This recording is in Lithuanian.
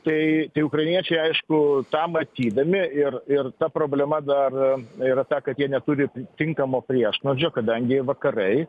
tai tai ukrainiečiai aišku tą matydami ir ir ta problema dar yra ta kad jie neturi tinkamo priešnuodžio kadangi vakarai